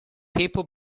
people